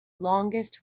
longest